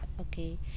okay